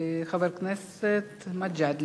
חבר הכנסת גאלב